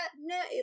No